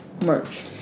merch